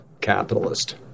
capitalist